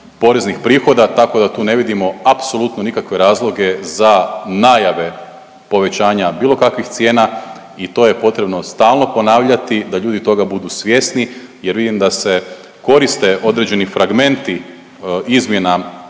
poreznih prihoda, tako da tu ne vidimo apsolutno nikakve razloge za najave povećanja bilo kakvih cijena i to je potrebno stalno ponavljati da ljudi toga budu svjesni jer vidim da se koriste određeni fragmenti izmjena